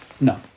No